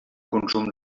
consum